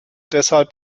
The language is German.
deshalb